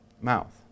mouth